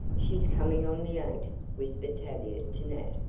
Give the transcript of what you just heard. she's coming on the eight, whispered tavia to nat.